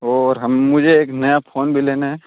और हम मुझे एक नया फ़ोन भी लेना है